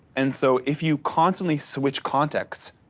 and so if you constantly switch context,